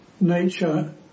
nature